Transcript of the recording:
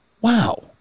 Wow